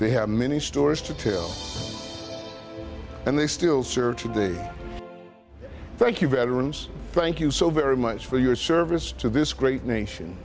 they have many stories to tell and they still searching day thank you veterans thank you so very much for your service to this great nation